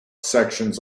sections